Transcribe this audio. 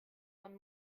von